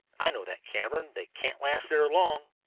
i know that cavern. they can't last there long.